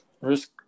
risk